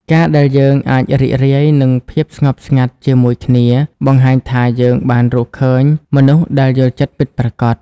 ការដែលយើងអាចរីករាយនឹងភាពស្ងប់ស្ងាត់ជាមួយគ្នា បង្ហាញថាយើងបានរកឃើញមនុស្សដែលយល់ចិត្តពិតប្រាកដ។